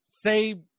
say